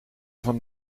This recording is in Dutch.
van